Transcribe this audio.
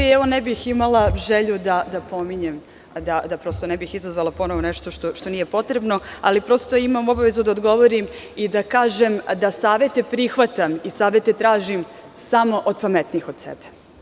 Ne bih imala želju da pominjem da prosto ne bih ponovo izazvala nešto što nije potrebno, ali prosto imam obavezu da odgovorim i da kažem da savete prihvatam i savete tražim samo od pametnijih od sebe.